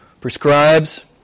prescribes